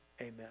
Amen